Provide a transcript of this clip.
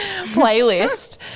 playlist